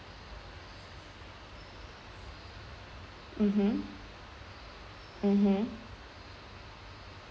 mmhmm mmhmm